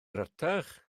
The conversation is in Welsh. rhatach